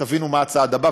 תבינו מה הצעד הבא,